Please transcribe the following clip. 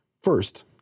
first